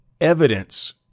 evidence